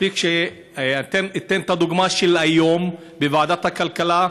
מספיק שאתן את הדוגמה של היום בוועדת הכלכלה: